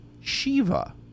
Shiva